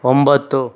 ಒಂಬತ್ತು